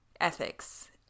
ethics